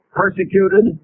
persecuted